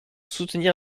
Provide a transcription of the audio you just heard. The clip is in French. soutenir